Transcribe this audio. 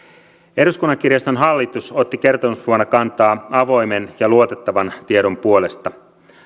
eduskunnan kirjaston hallitus otti kertomusvuonna kantaa avoimen ja luotettavan tiedon puolesta